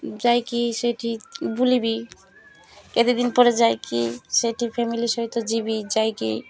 ଯାଇକି ସେଇଠି ବୁଲିବି କେତେ ଦିନ ପରେ ଯାଇକି ସେଇଠି ଫ୍ୟାମିଲି ସହିତ ଯିବି ଯାଇକି